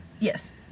yes